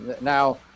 Now